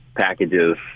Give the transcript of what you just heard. packages